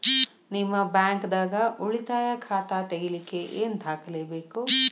ನಿಮ್ಮ ಬ್ಯಾಂಕ್ ದಾಗ್ ಉಳಿತಾಯ ಖಾತಾ ತೆಗಿಲಿಕ್ಕೆ ಏನ್ ದಾಖಲೆ ಬೇಕು?